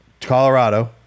Colorado